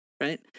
right